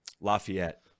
Lafayette